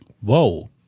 Whoa